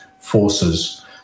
forces